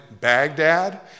Baghdad